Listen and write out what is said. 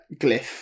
glyph